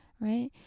right